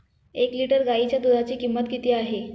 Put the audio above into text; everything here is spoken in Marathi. एक लिटर गाईच्या दुधाची किंमत किती आहे?